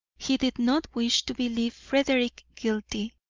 he did not wish to believe frederick guilty.